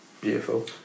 beautiful